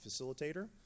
facilitator